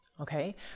Okay